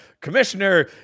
Commissioner